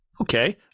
Okay